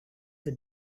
they